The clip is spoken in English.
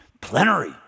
plenary